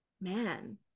man